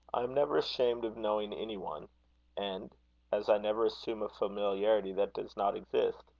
i am never ashamed of knowing any one and as i never assume a familiarity that does not exist,